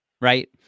right